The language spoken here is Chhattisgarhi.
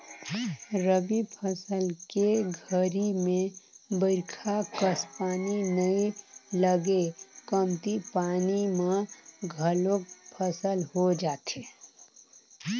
रबी फसल के घरी में बईरखा कस पानी नई लगय कमती पानी म घलोक फसल हो जाथे